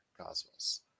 Cosmos